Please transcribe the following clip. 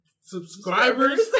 subscribers